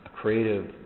creative